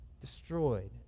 destroyed